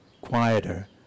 quieter